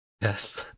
Yes